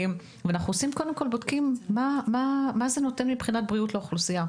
אנחנו קודם כול בודקים מה זה נותן לאוכלוסייה מבחינה בריאותית,